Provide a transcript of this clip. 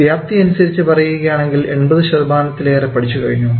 വ്യാപ്തി അനുസരിച്ച് പറയുകയാണെങ്കിൽ 80 ശതമാനത്തിലേറെ പഠിച്ചുകഴിഞ്ഞു